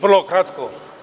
Vrlo kratko.